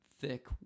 thick